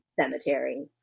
Cemetery